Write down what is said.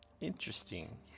Interesting